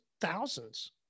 thousands